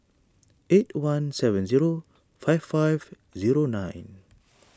eight one seven zero five five zero nine